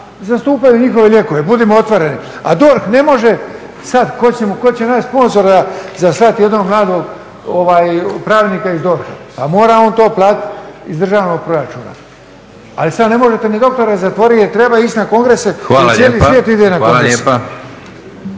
zastupaju njihove lijekove, budimo otvoreni. A DORH ne može, sad tko će naći sponzora za slati jednog mladog pravnika iz DORH-a, pa mora on to platiti iz državnog proračuna. Ali sad ne možete ni doktore zatvoriti jer treba ići na kongrese jer cijeli svijet ide na kongrese.